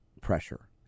pressure